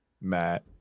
Matt